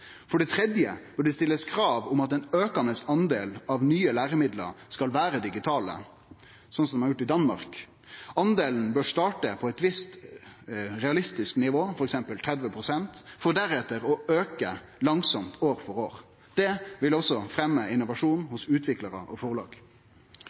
For det tredje bør det stillast krav om at ein aukande prosentvis del av nye læremiddel skal vere digitale, som det er gjort i Danmark. Delen bør starte på eit visst realistisk nivå, f.eks. 30 pst., for deretter å auke langsamt år for år. Det vil også